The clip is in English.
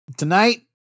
Tonight